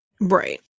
Right